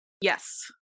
Yes